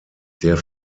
der